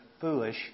foolish